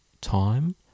time